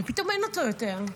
ופתאום אין אותו יותר.